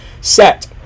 set